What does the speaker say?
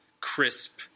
crisp